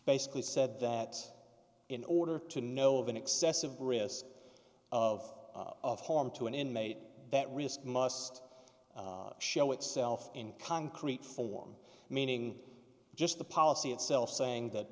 basically said that in order to know of an excessive risk of harm to an inmate that risk must show itself in concrete form meaning just the policy itself saying that